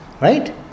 Right